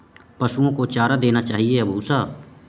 पशुओं को चारा देना चाहिए या भूसा?